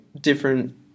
different